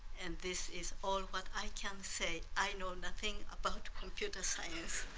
and this is all what i can say. i know nothing about computer science